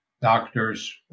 doctors